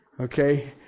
okay